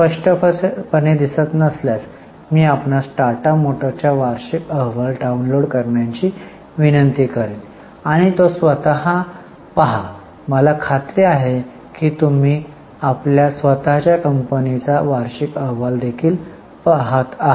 स्पष्टपणे दिसत नसल्यास मी आपणास टाटा मोटर्सचा वार्षिक अहवाल डाउनलोड करण्याची विनंती करेन आणि तो स्वत पहा मला खात्री आहे की तुम्ही आपल्या स्वत च्या कंपनीचा वार्षिक अहवाल देखील पहात आहात